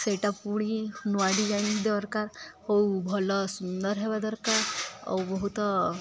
ସେଇଟା ପୁଣି ନୂଆ ଡିଜାଇନ୍ ଦରକାର ହଉ ଭଲ ସୁନ୍ଦର ହେବା ଦରକାର ଆଉ ବହୁତ